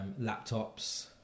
laptops